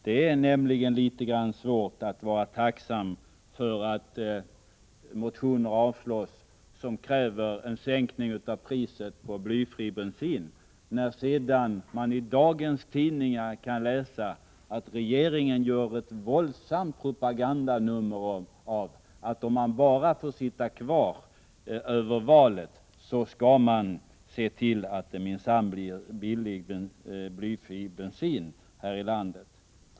Det är nämligen litet svårt att vara tacksam för att utskottet avstyrker motioner i vilka vi kräver en sänkning av priset på blyfri bensin, när vi i dagens tidningar kan läsa att regeringen gör ett våldsamt propagandanummer av att socialdemokraterna, om de bara får sitta kvar över valet, skall se till att det minsann blir billig blyfri bensin här i landet.